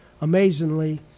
Amazingly